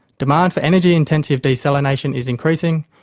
demand for energy intensive desalination is increasing,